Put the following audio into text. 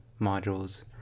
modules